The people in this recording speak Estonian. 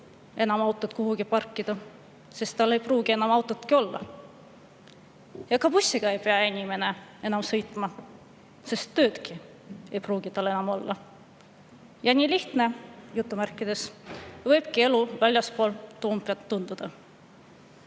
vaja autot kuhugi parkida, sest tal ei pruugi enam autot olla. Ka bussiga ei pea inimene enam sõitma, sest töödki ei pruugi tal enam olla. Nii "lihtne" võibki elu väljaspool Toompead tunduda.